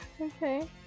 Okay